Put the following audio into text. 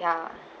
ya